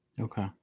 Okay